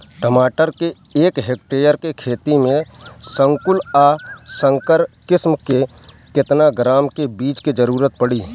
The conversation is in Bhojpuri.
टमाटर के एक हेक्टेयर के खेती में संकुल आ संकर किश्म के केतना ग्राम के बीज के जरूरत पड़ी?